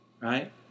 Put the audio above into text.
Right